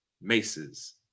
Mace's